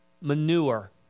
manure